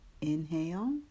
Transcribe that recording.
Inhale